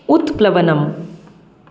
उत्प्लवनम्